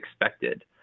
expected